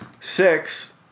Six